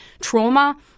trauma